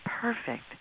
perfect